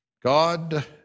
God